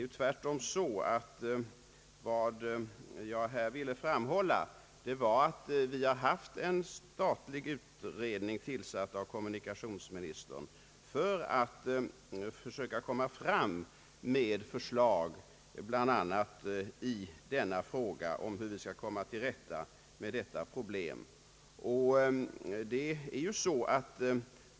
Jag ville tvärtom framhålla att kommunikationsministern tillsatt en statlig utredning som skulle försöka lägga fram förslag bl.a. om hur vi skall kunna komma till rätta med detta problem.